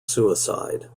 suicide